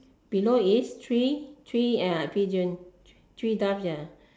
below is three three ya pigeon three doves ya